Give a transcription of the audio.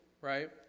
right